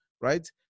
right